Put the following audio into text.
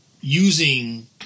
using